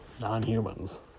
non-humans